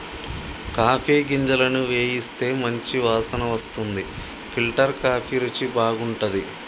coffee గింజలను వేయిస్తే మంచి వాసన వస్తుంది ఫిల్టర్ కాఫీ రుచి బాగుంటది